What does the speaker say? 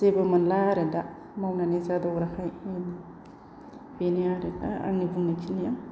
जेबो मोनला आरो दा मावनानै जादावग्राखाय बेनो आरो दा आंनि बुंनाय खिनिया